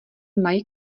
mají